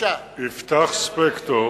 יפתח ספקטור